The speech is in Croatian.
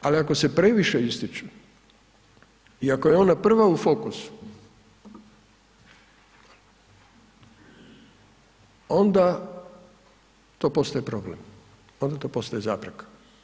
Ali ako se previše ističu i ako je ona prva u fokusu onda to postaje problem, onda to postaje zapreka.